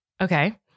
Okay